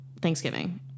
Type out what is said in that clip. Thanksgiving